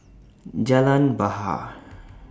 Jalan Bahar